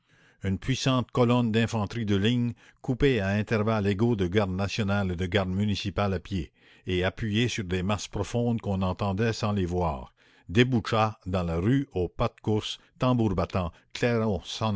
une puissante colonne d'infanterie de ligne coupée à intervalles égaux de garde nationale et de garde municipale à pied et appuyée sur des masses profondes qu'on entendait sans les voir déboucha dans la rue au pas de course tambour battant clairon